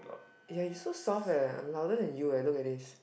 ya you so soft eh I'm louder than you eh look at this